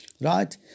right